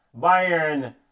Bayern